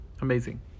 amazing